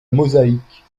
mosaïque